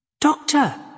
Doctor